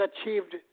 achieved